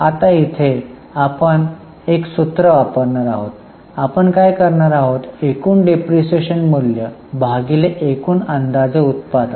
आता इथे आपण एक सुत्र वापरणार आहोत आपण काय करणार आहोत एकूण डिप्रीशीएशन मूल्य भागिले एकूण अंदाजे उत्पादन